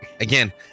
again